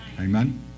amen